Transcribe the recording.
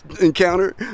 encounter